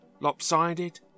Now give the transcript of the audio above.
lopsided